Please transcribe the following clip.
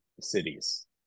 cities